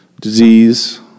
Disease